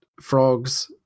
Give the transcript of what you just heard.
frogs